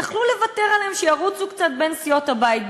יכלו לוותר עליהם, שירוצו קצת בין ועדות הבית.